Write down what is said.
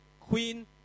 Queen